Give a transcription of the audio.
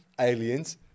aliens